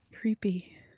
Creepy